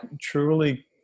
truly